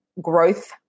growth